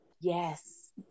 yes